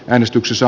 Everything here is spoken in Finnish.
äänestyksessä